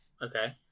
Okay